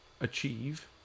achieve